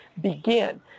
begin